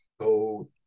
go